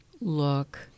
look